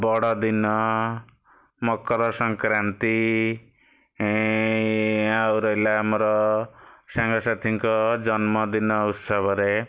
ବଡ଼ଦିନ ମକର ସଂକ୍ରାନ୍ତି ଆଉ ରହିଲା ଆମର ସାଙ୍ଗସାଥିଙ୍କ ଜନ୍ମଦିନ ଉତ୍ସବରେ